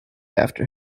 after